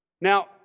Now